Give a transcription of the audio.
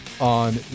on